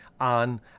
on